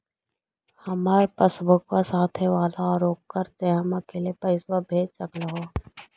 हमार पासबुकवा साथे वाला है ओकरा से हम अकेले पैसावा भेज सकलेहा?